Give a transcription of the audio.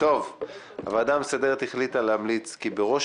הוועדה המסדרת החליטה להמליץ כי בראש